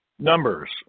Numbers